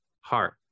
heart